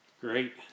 Great